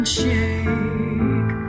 shake